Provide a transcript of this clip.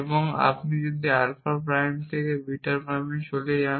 এবং আপনি যদি আলফা প্রাইম থেকে বিটা প্রাইমে চলে যান